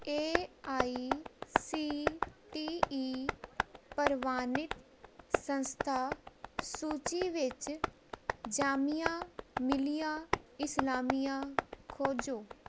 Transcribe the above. A I C T E ਪ੍ਰਵਾਨਿਤ ਸੰਸਥਾ ਸੂਚੀ ਵਿੱਚ ਜਾਮੀਆ ਮਿਲੀਆ ਇਸਲਾਮੀਆ ਖੋਜੋ